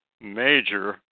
major